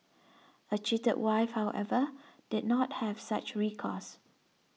a cheated wife however did not have such recourse